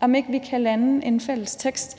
om ikke vi kan lande en fælles tekst.